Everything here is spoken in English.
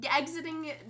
exiting